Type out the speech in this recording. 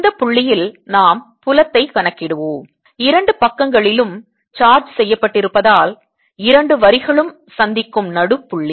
இந்த புள்ளியில் நாம் புலத்தை கணக்கிடுவோம் இரண்டு பக்கங்களிலும் சார்ஜ் செய்யப்பட்டிருப்பதால் இரண்டு வரிகளும் சந்திக்கும் நடுப்புள்ளி